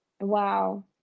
Wow